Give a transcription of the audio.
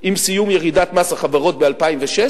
עם סיום ירידת מס החברות ב-2016,